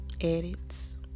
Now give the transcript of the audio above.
edits